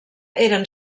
eren